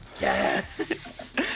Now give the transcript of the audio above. Yes